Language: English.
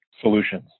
solutions